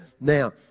now